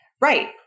right